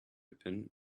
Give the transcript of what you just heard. open